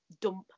dump